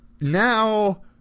Now